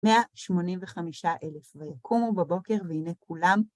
מאה שמונים וחמישה אלף, ויקומו בבוקר, והנה כולם.